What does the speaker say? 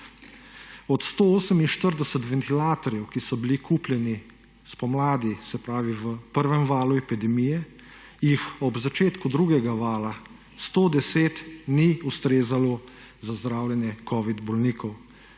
Od 148 ventilatorjev, ki so bili kupljeni spomladi, se pravi v prvem valu epidemije, jih ob začetku drugega vala 110 ni ustrezalo za zdravljenje covidnih bolnikov.